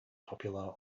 popular